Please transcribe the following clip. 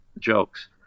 jokes